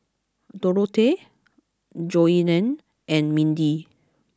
Dorothea Joellen and Mindi